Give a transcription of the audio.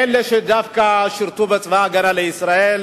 דווקא עם אלה ששירתו בצבא-הגנה לישראל